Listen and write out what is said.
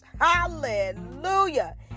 Hallelujah